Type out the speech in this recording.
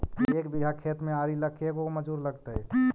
एक बिघा खेत में आरि ल के गो मजुर लगतै?